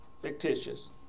fictitious